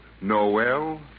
Noel